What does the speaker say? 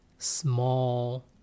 small